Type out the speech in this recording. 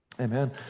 Amen